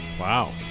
wow